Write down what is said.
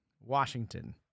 Washington